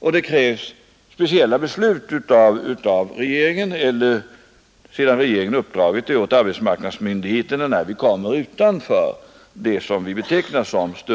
Utanför detta krävs speciella beslut av regeringen eller av arbetsmarknadsmyndigheterna, sedan dessa fått regeringens